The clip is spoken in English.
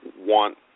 want